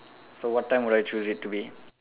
so what time would I choose it to be